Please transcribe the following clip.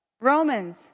Romans